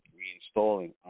reinstalling